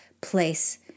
place